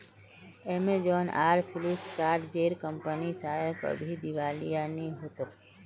Amazon आर फ्लिपकार्ट जेर कंपनीर शायद कभी दिवालिया नि हो तोक